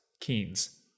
Keynes